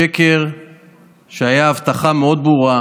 שקר שהיה הבטחה מאוד ברורה